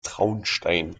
traunstein